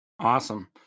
Awesome